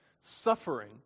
suffering